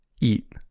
eat